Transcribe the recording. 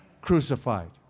crucified